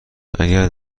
اگر